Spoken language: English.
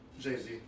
Jay-Z